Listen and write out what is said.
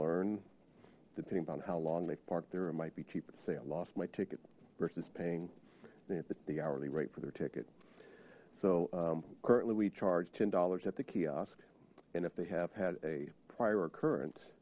learned depending on how long they've parked there it might be cheaper to say i lost my ticket versus paying the hourly rate for their ticket so currently we charge ten dollars at the kiosk and if they have had a prior curren